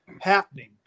happening